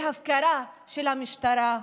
בגלל הפקרה של המשטרה,